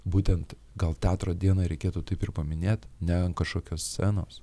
būtent gal teatro dieną ir reikėtų taip ir paminėt ne ant kažkokios scenos